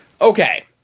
Okay